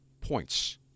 points